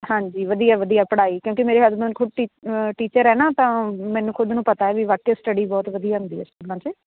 ਹਾਂਜੀ ਵਧੀਆ ਵਧੀਆ ਪੜ੍ਹਾਈ ਕਿਉਂਕਿ ਮੇਰੇ ਹਸਬੈਂਡ ਖੁਦ ਟੀ ਟੀਚਰ ਹੈ ਨਾ ਤਾਂ ਮੈਨੂੰ ਖੁਦ ਨੂੰ ਪਤਾ ਵੀ ਵਾਕਿਆ ਸਟਡੀ ਬਹੁਤ ਵਧੀਆ ਹੁੰਦੀ ਆ ਸਕੂਲਾਂ 'ਚ